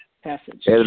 Passage